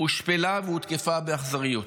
הושפלה והותקפה באכזריות.